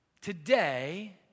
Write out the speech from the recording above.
today